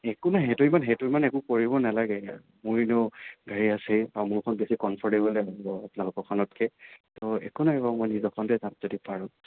একো নাই সেইটো ইমান সেইটো ইমান হেৰি কৰিব নালাগে মোৰ এনেও গাড়ী আছেই বা মোৰখন বেছি কমফৰ্টেবলেই হ'ব আপোনালোকৰখনতকৈ তো একো নাই বাৰু মই নিজৰখনতেই যাম যদি পাৰোঁ